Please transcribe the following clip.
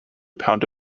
pound